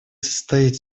состоит